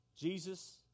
Jesus